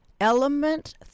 element